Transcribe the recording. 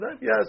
Yes